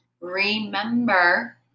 Remember